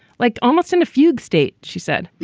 like almost in a fugue state, she said